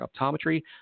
optometry